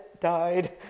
died